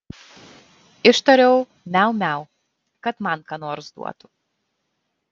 ištariau miau miau kad man ką nors duotų